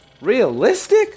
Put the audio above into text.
Realistic